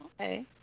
okay